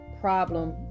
problem